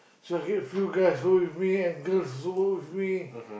so I get few guys work with me and girls also work with me